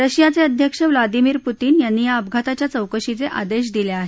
रशियाचे अध्यक्ष Vladimir Putin यांनी या अपघाताच्या चौकशीचे आदेश दिले आहेत